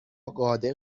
قادر